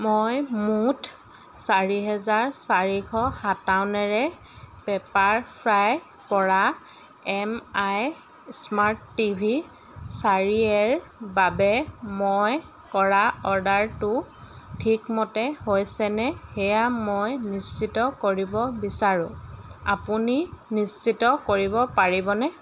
মই মুঠ চাৰি হাজাৰ চাৰিশ সাতাৱনেৰে পেপাৰফ্ৰাইৰপৰা M I smart T V চাৰি এৰ বাবে মই কৰা অৰ্ডাৰটো ঠিকমতে হৈছেনে সেয়া মই নিশ্চিত কৰিব বিচাৰোঁ আপুনি নিশ্চিত কৰিব পাৰিবনে